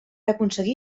aconseguir